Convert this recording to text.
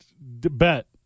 Bet